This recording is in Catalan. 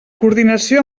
coordinació